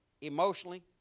emotionally